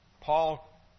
Paul